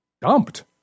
dumped